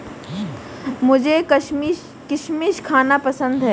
मुझें किशमिश खाना पसंद है